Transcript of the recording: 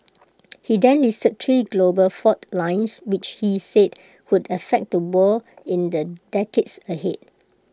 he then listed three global fault lines which he said would affect the world in the decades ahead